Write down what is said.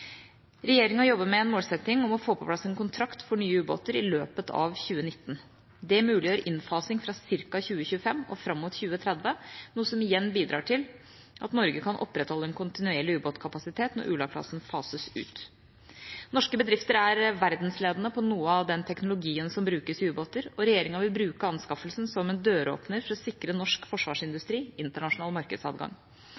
Regjeringa jobber med en målsetting om å få på plass en kontrakt for nye ubåter i løpet av 2019. Det muliggjør innfasing fra ca. 2025 og fram mot 2030, noe som igjen bidrar til at Norge kan opprettholde en kontinuerlig ubåtkapasitet når Ula-klassen fases ut. Norske bedrifter er verdensledende på noe av den teknologien som brukes i ubåter, og regjeringa vil bruke anskaffelsen som en døråpner for å sikre norsk